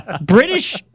british